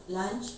okay